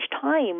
time